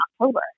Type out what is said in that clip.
October